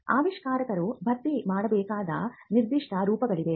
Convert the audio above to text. ಆವಿಷ್ಕಾರಕರು ಭರ್ತಿ ಮಾಡಬೇಕಾದ ನಿರ್ದಿಷ್ಟ ರೂಪಗಳಿವೆ